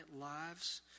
lives